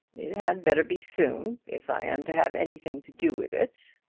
it had better be soon, if i am to have anything to do with it.